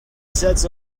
sets